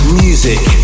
music